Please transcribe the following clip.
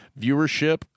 viewership